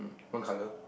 one colour